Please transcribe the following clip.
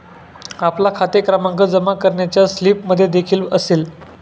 आपला खाते क्रमांक जमा करण्याच्या स्लिपमध्येदेखील असेल